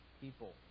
people